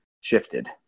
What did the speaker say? shifted